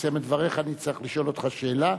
שתסיים את דבריך אני אצטרך לשאול אותך שאלה,